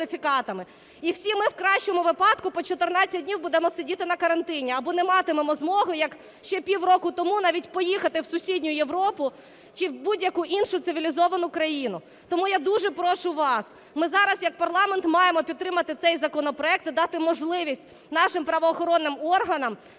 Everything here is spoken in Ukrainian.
і всі ми в кращому випадку по 14 днів будемо сидіти на карантині або не матимемо змогу, як ще пів року тому навіть поїхати в сусідню Європу чи в будь-яку іншу цивілізовану країну. Тому я дуже прошу вас, ми зараз як парламент маємо підтримати цей законопроект і дати можливість нашим правоохоронним органам